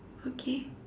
okay